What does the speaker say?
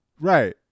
Right